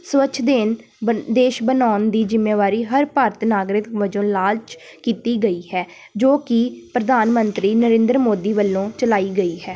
ਸਵੱਛ ਦੇਨ ਬ ਦੇਸ਼ ਬਣਾਉਣ ਦੀ ਜਿੰਮੇਵਾਰੀ ਹਰ ਭਾਰਤ ਨਾਗਰਿਕ ਵਜੋਂ ਲਾਲਚ ਕੀਤੀ ਗਈ ਹੈ ਜੋ ਕਿ ਪ੍ਰਧਾਨ ਮੰਤਰੀ ਨਰਿੰਦਰ ਮੋਦੀ ਵੱਲੋਂ ਚਲਾਈ ਗਈ ਹੈ